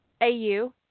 AU